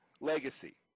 legacy